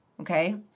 okay